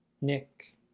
Nick